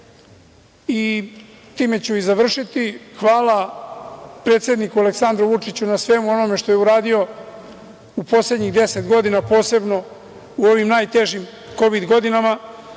Time ću i završiti. Hvala predsedniku Aleksandru Vučiću na svemu onome što je uradio u poslednjih 10 godina, posebno u ovim najtežim kovid godinama